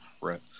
Right